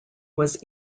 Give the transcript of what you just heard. was